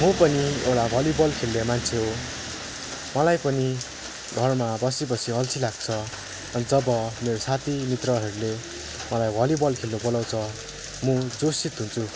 म पनि एउटा भलिभल खेल्ने मान्छे हो मलाई पनि घरमा बसी बसी अल्छी लाग्छ अनि जब मेरो साथी मित्रहरूले मलाई भलिभल खेल्नु बोलाउँछ म जोसित हुन्छु